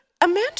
Amanda